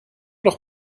doch